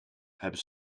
hebben